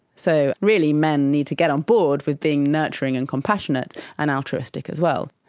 so really men need to get on board with being nurturing and compassionate and altruistic as well.